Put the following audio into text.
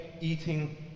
eating